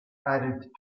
added